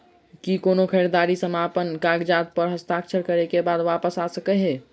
की कोनो खरीददारी समापन कागजात प हस्ताक्षर करे केँ बाद वापस आ सकै है?